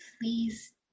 Please